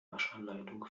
waschanleitung